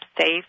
safe